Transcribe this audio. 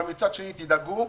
אבל מצד שני תדאגו,